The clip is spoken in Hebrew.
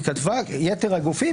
היא כתבה על יתר הגופים.